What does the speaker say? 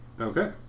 Okay